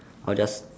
I'll just